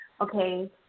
okay